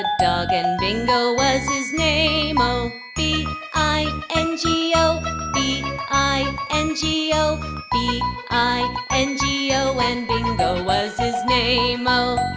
dog and bingo was his name-o b i n g o b i n g o b i n g o and bingo was his name-o